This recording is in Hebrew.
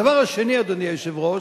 הדבר השני, אדוני היושב-ראש,